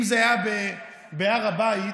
אם זה היה בהר הבית,